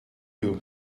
you